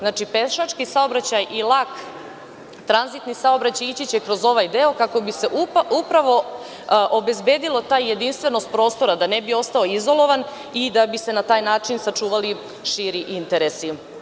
Znači pešački saobraćaj i lak tranzitni saobraćaj će ići kroz ovaj deo kako bi se upravo obezbedila ta jedinstvenost prostora da ne bi ostao izolovan i da bi se na taj način sačuvali širi interesi.